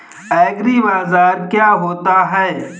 एग्रीबाजार क्या होता है?